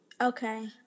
Okay